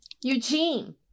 Eugene